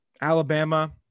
Alabama